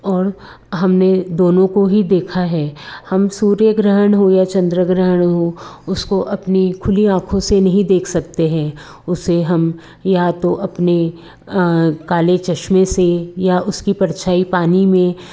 और हमने दोनों को ही देखा है हम सूर्य ग्रहण हो या चंद्र ग्रहण हो उसको अपनी खुली आँखों से नहीं देख सकते हैं उसे हम या तो अपने काले चश्मे से या उसकी परछाई पानी में